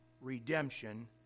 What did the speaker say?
redemption